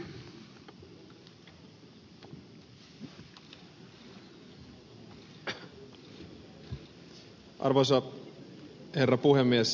arvoisa herra puhemies